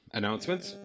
announcements